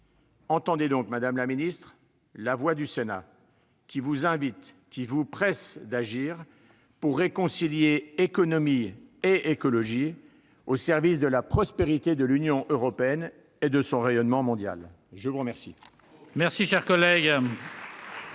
Entendez donc, madame la secrétaire d'État, la voix du Sénat, qui vous invite et vous presse d'agir pour réconcilier économie et écologie au service de la prospérité de l'Union européenne et de son rayonnement mondial. Bravo ! La parole